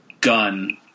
gun